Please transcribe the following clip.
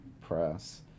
Press